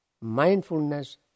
mindfulness